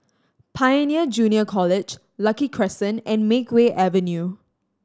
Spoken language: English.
Pioneer Junior College Lucky Crescent and Makeway Avenue